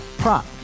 prop